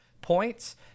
points